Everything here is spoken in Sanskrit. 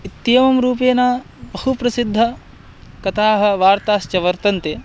इत्येवं रूपेण बहु प्रसिद्धाः कथाः वार्ताश्च वर्तन्ते